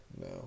No